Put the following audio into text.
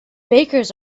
bakers